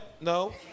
No